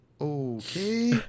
Okay